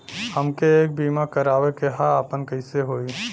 हमके एक बीमा करावे के ह आपन कईसे होई?